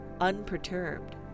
unperturbed